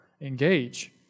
engage